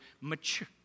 mature